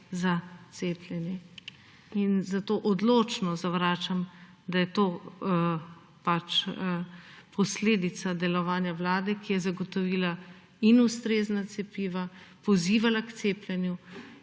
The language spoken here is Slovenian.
za cepljenje in zato odločno zavračam, da je to pač posledica delovanja Vlade, ki je zagotovila in ustrezna cepiva, pozivala k cepljenju